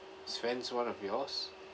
friends one of yours